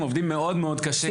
הם עובדים מאוד מאוד קשה.